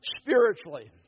spiritually